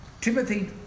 Timothy